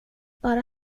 bara